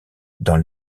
dans